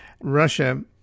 Russia